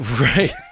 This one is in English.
right